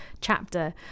chapter